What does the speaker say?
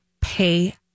Pay